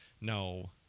no